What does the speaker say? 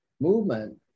movement